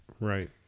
right